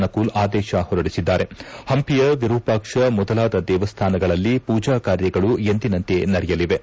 ನಕುಲ್ ಆದೇಶ ಹೊರಡಿಸಿದ್ದಾರೆಹಂಪಿಯ ವಿರೂಪಾಕ್ಷ ಮೊದಲಾದ ದೇವಸ್ಥಾನಗಳಲ್ಲಿ ಮೂಜಾ ಕಾರ್ಯಗಳು ಎಂದಿನಂತೆ ನಡೆಯಲಿವೆ